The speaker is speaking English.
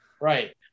Right